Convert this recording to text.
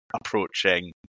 approaching